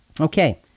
Okay